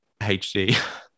HD